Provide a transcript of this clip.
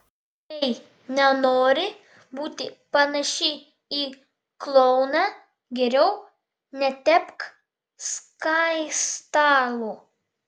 jei nenori būti panaši į klouną geriau netepk skaistalų